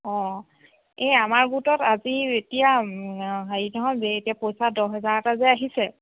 অ এই আমাৰ গোটত আজি এতিয়া হেৰি নহয় যে এতিয়া পইচা দহ হেজাৰ এটা যে আহিছে